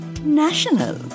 national